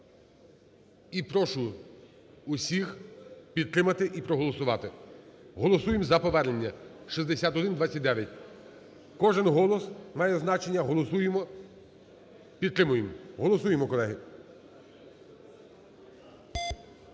І прошу усіх підтримати і проголосувати. Голосуємо за повернення 6129. Кожен голос має значення, голосуємо, підтримуємо. Голосуємо, колеги.